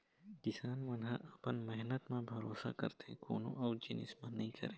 किसान मन ह अपन मेहनत म भरोसा करथे कोनो अउ जिनिस म नइ करय